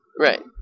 Right